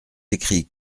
écrits